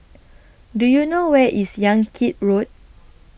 Do YOU know Where IS Yan Kit Road